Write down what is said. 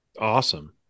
Awesome